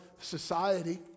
society